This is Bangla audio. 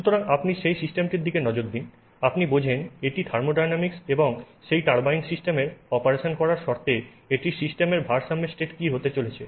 সুতরাং আপনি সেই সিস্টেমটির দিকে নজর দিন আপনি বোঝেন এটি থার্মোডাইনামিক্স এবং সেই টারবাইন সিস্টেমের অপারেশন করার শর্তে এটির সিস্টেমের ভারসাম্য স্টেট কি হতে চলেছে